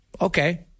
Okay